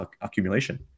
accumulation